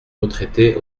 retraités